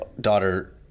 daughter